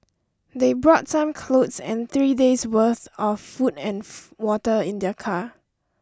they brought some clothes and three days' worth of food and water in their car